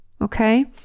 Okay